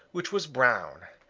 which was brown.